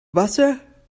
wasser